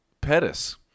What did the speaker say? Pettis